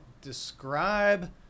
describe